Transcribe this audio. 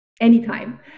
anytime